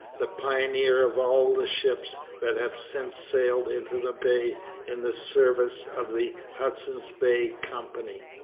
the pioneer of all the ships that have since sailed into the bay in the service of the hudson's bay company.